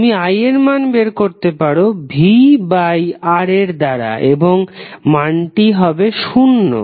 তুমি I এর মান বের করতে পারো vR এর দ্বারা এবং মানটি হবে শূন্য